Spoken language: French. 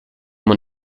mon